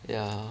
ya